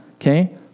okay